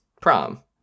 prom